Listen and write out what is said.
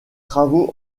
travaux